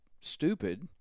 stupid